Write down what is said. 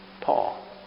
Paul